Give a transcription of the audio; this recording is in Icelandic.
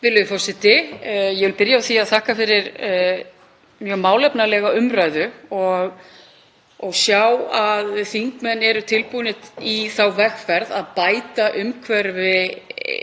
Virðulegi forseti. Ég vil byrja á því að þakka fyrir mjög málefnalega umræðu og að sjá að þingmenn eru tilbúnir í þá vegferð að bæta umhverfi